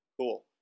Cool